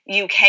uk